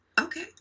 Okay